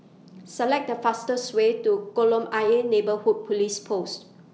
Select The fastest Way to Kolam Ayer Neighbourhood Police Post